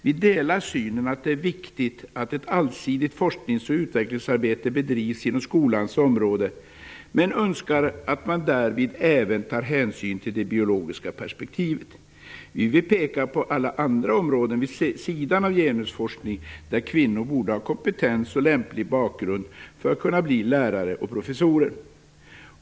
Vi delar synen att det är viktigt att ett allsidigt forsknings och utvecklingsarbete bedrivs inom skolans område, men önskar att man därvid även tar hänsyn till det biologiska perspektivet. Vi vill peka på alla andra områden vid sidan av genusforskning där kvinnor borde ha kompetens och lämplig bakgrund för att kunna bli lärare och professorer.